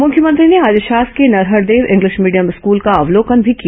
मुख्यमंत्री ने आज शासकीय नरहरदेव इंग्लिश मीडियम स्कल का अवलोकन भी किया